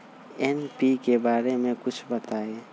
NPK बारे म कुछ बताई?